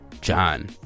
John